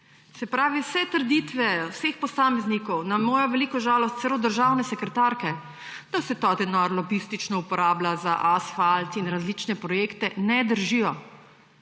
Se pravi, vse trditve vseh posameznikov, na mojo veliko žalost celo državne sekretarke, da se ta denar lobistično uporablja za asfalt in različne projekte, ne držijo.